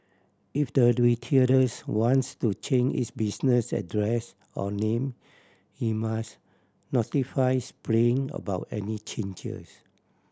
if the retailers wants to change its business address or name he must notify Spring about any changes